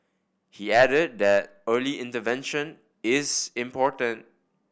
he added that early intervention is important